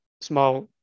small